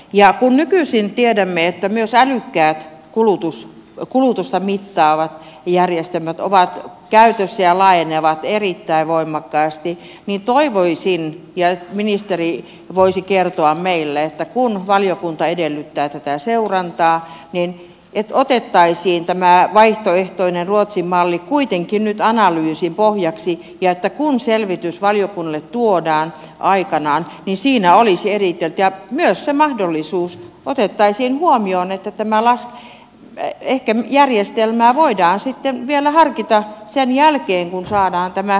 ja kun nykyisin tiedämme että myös älykkäät kulutusta mittaavat järjestelmät ovat käytössä ja laajenevat erittäin voimakkaasti niin toivoisin ja ministeri voisi kertoa meille että kun valiokunta edellyttää tätä seurantaa niin otettaisiin tämä vaihtoehtoinen ruotsin malli kuitenkin nyt analyysin pohjaksi ja että kun selvitys valiokunnalle tuodaan aikanaan niin siinä olisi eritelty ja myös se mahdollisuus otettaisiin huomioon että ehkä järjestelmää voidaan sitten vielä harkita sen jälkeen kun saadaan tämä kokemus nyt